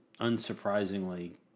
unsurprisingly